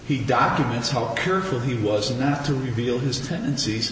he documents how careful he was not to reveal his tendencies